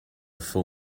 full